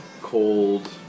cold